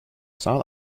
son